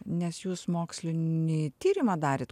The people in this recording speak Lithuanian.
nes jūs mokslinį tyrimą darėt